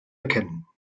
erkennen